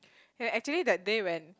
and actually that day when